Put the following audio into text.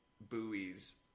buoys